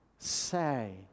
Say